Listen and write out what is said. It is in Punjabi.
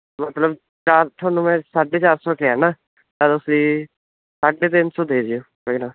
ਮਤਲਬ ਚਾਰ ਤੁਹਾਨੂੰ ਮੈਂ ਸਾਢੇ ਚਾਰ ਸੌ ਕਹਿੰਦਾ ਤਾਂ ਤੁਸੀਂ ਸਾਢੇ ਤਿੰਨ ਸੌ ਦੇ ਦਿਓ ਪਹਿਲਾਂ